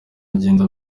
agenda